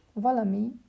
Valami